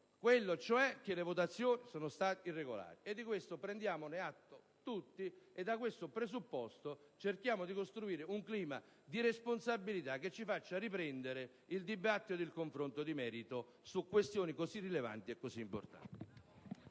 cioè che le votazioni sono state irregolari. Prendiamone atto tutti e da questo presupposto cerchiamo di costruire un clima di responsabilità che ci faccia riprendere il dibattito e il confronto di merito su questioni così rilevanti e così importanti.